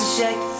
Shake